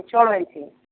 ଛୟାଳିଶ